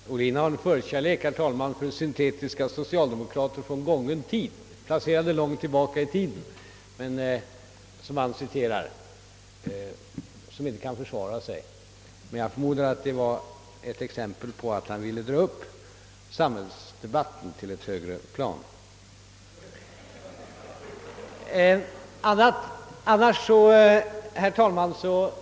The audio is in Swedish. Herr talman! Herr Ohlin har en viss förkärlek för syntetiska socialdemokrater, placerade långt tillbaka i tiden, som han citerar och som inte kan försvara sig. Men jag förmodar att detta är ett uttryck för att han ville dra upp samhällsdebatten på ett högre plan.